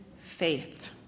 faith